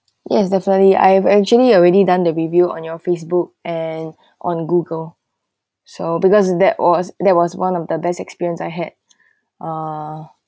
yes definitely I have actually already done the review on your facebook and on google so because that was that was one of the best experience I had uh